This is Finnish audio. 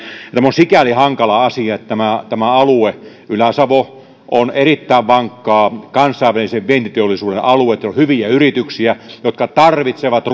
tämä on sikäli hankala asia että tämä alue ylä savo on erittäin vankkaa kansainvälisen vientiteollisuuden aluetta siellä on hyviä yrityksiä jotka tarvitsevat